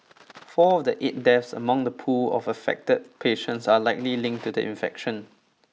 four of the eight deaths among the pool of affected patients are likely linked to the infection